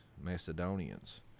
Macedonians